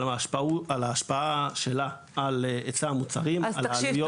על ההשפעה שלה על היצע המוצרים, על העלויות.